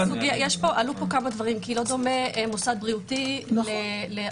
עלו פה כמה דברים כי לא דומה מוסד בריאותי לאוניברסיטה.